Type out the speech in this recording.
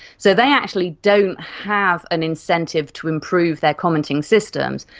so they actually don't have an incentive to improve their commenting systems,